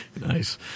Nice